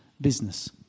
business